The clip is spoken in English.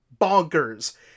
bonkers